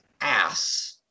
ass